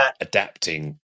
adapting